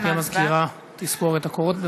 גברתי המזכירה תספור את הקולות.